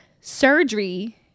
surgery